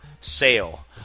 sale